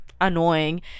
annoying